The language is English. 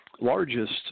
largest